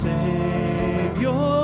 Savior